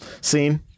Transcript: scene